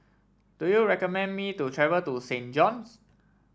do you recommend me to travel to Saint John's